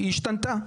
השתנתה.